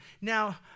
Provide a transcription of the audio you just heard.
Now